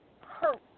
hurt